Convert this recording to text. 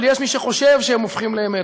אבל יש מי שחושב שהם הופכים לאמת,